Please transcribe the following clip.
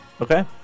okay